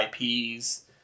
IPs